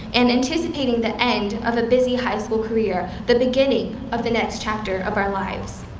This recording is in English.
and anticipating the end of a busy high school career, the beginning of the next chapter of our lives.